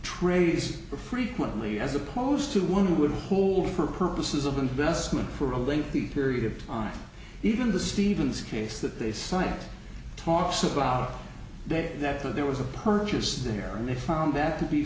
are frequently as opposed to one would hold for purposes of investment for a link the period of time even the stevens case that they cite talks about that that there was a purchase there and they found that to be